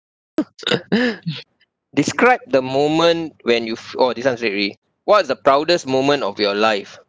describe the moment when you f~ oh this one read already what's the proudest moment of your life